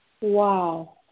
Wow